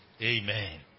Amen